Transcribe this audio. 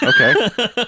Okay